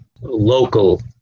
local